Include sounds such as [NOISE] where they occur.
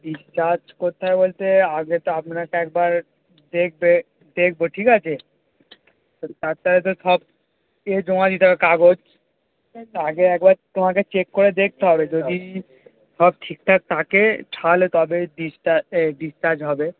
discharge করতে হবে বলতে আগে তো আপনাকে একবার দেখবে দেখব ঠিক আছে তা তার সাথে তো সব এ জমা দিতে হবে কাগজ [UNINTELLIGIBLE] আগে একবার তোমাকে চেক করে দেখতে হবে যদি সব ঠিকঠাক থাকে তাহলে তবে ডিসচার্জ ডিসচার্জ হবে